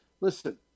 Listen